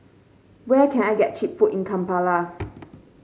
where can I get cheap food in Kampala